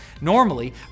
Normally